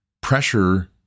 pressure